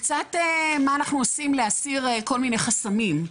קצת מה אנחנו עושים להסיר כל מיני חסמים.